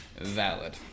valid